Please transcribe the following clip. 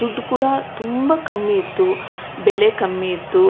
ದುಡ್ಢು ಕೂಡ ತುಂಬ ಕಮ್ಮಿ ಇತ್ತು ಬೆಲೆ ಕಮ್ಮಿ ಇತ್ತು